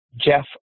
Jeff